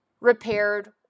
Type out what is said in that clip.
repaired